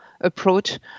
approach